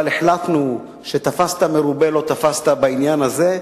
אבל החלטנו שתפסת מרובה לא תפסת בעניין הזה,